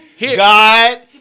God